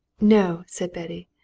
no, said betty.